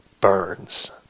burns